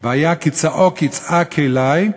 "כי אם צעק יצעק אלי,